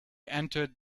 entered